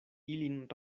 ilin